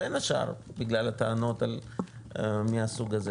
בין השאר בגלל הטענות מהסוג הזה,